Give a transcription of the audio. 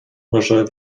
może